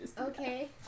Okay